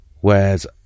whereas